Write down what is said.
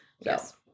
Yes